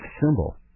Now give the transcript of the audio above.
symbol